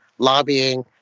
Lobbying